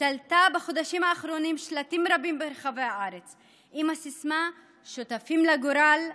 שתלתה בחודשים האחרונים שלטים רבים ברחבי הארץ עם הסיסמה "שותפים לגורל,